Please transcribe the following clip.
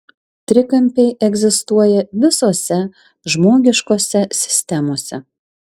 trikampiai egzistuoja visose žmogiškose sistemose